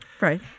right